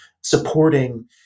supporting